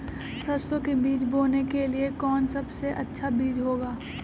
सरसो के बीज बोने के लिए कौन सबसे अच्छा बीज होगा?